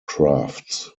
crafts